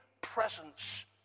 presence